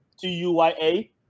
T-U-Y-A